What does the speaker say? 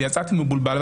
ויצאתי מבולבל.